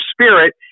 spirit